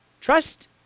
trust